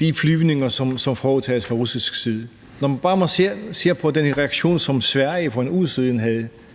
de flyvninger, som foretages fra russisk side, og når man bare ser på den reaktion, som Sverige for en uge siden havde,